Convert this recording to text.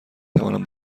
توانم